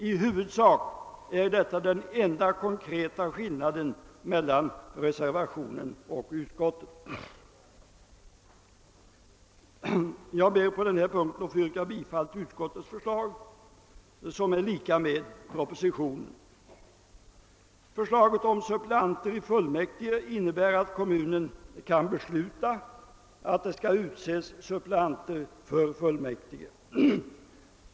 I huvudsak är detta den enda konkreta skillnaden mellan reservationen och utskottet. Jag ber att få yrka bifall till utskottets förslag i denna del, vilket är lika med propositionen. Förslaget om suppleanter i fullmäktige innebär att kommunen kan besluta att det skall utses suppleanter för fullmäktige.